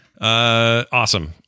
awesome